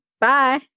bye